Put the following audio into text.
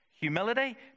humility